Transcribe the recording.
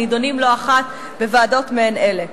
הנדונים לא אחת בוועדות מעין אלה.